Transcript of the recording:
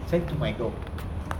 send to my door